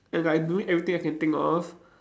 and like doing everything I can think of